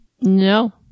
No